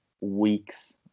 weeks